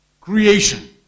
creation